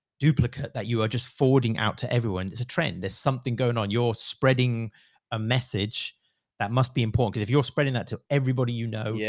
duplicate that you are just forwarding out to everyone. there's a trend, there's something going on, your spreading a message that must be important. cause if you're spreading that to everybody, you know, yeah